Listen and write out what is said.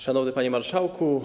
Szanowny Panie Marszałku!